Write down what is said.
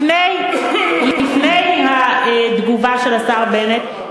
לפני התגובה של השר בנט,